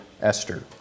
Esther